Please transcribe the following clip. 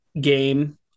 game